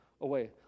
away